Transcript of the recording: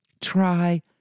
Try